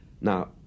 Now